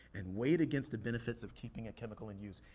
and weighed against the benefits of keeping a chemical in use.